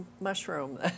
mushroom